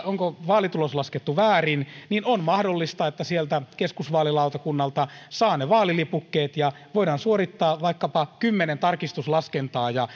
onko vaalitulos laskettu väärin niin on mahdollista että keskusvaalilautakunnalta saa ne vaalilipukkeet ja voidaan suorittaa vaikkapa kymmenen tarkistuslaskentaa ja